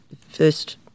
first